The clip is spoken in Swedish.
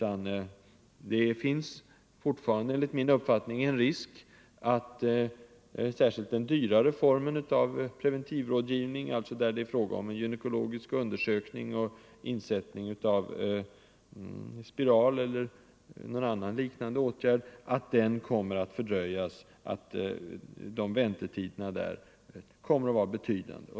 Enligt min uppfattning finns det fortfarande risk för att särskilt den dyrare formen av preventivrådgivning — alltså där det är fråga om en gynekologisk undersökning och insättning av spiral eller någon liknande åtgärd - kommer att fördröjas och att väntetiderna blir betydande.